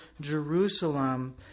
Jerusalem